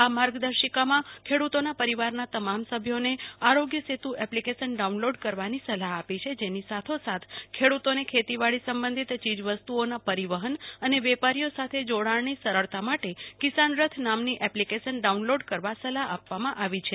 આ માર્ગદર્શિકામાં ખેડુતોના પરિવારના તમામ સભ્યોને આરોગ્ય સેતુ એપ્લીકેશન ડાઉનલોડ કરવાની સલાહ આપી છે જેની સાથો સાથ ખેડુ તોને ખેતીવાડી સંબંધિત યીજવસ્તુ ઓના પરિવહન અને વેપારીઓ સાથે જોડાણની સરળતા માટે કિશાન રથ નામની એપ્લિકેશન ડાઉનલોડ કરવા સલાફ આપવામાં આવી છે